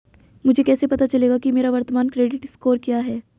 मुझे कैसे पता चलेगा कि मेरा वर्तमान क्रेडिट स्कोर क्या है?